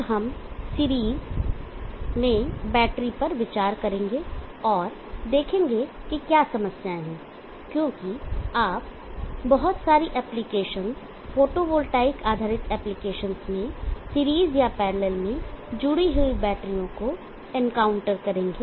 अब हम सीरीज में बैटरी पर विचार करेंगे और देखेंगे कि क्या समस्याएं हैं क्योंकि आप बहुत सारी एप्लीकेशंस फोटोवॉल्टिक आधारित एप्लीकेशंस में सीरीज या पैरलल में जुड़ी हुई बैटरियों को एनकाउंटर करेंगे